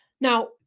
Now